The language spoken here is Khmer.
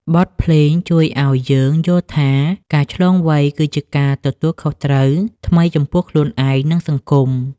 បទភ្លេងជួយឱ្យយើងយល់ថា ការឆ្លងវ័យគឺជាការទទួលខុសត្រូវថ្មីចំពោះខ្លួនឯង និងសង្គម។